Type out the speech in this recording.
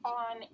on